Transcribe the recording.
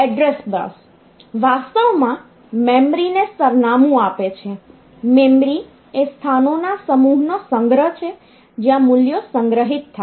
address બસ વાસ્તવમાં મેમરીને સરનામું આપે છે મેમરી એ સ્થાનોના સમૂહનો સંગ્રહ છે જ્યાં મૂલ્યો સંગ્રહિત થાય છે